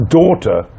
daughter